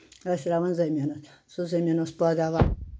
ٲسۍ روَان زٔمیٖن سُہ زٔمیٖن اوس پٲداوار